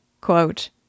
Quote